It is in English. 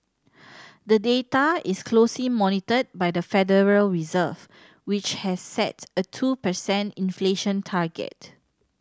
the data is closely monitored by the Federal Reserve which has set a two percent inflation target